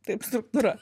taip struktūra